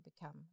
become